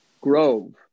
grove